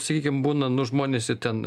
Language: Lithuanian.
sakykim būna nu žmonės ir ten